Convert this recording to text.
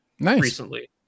recently